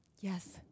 Yes